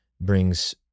brings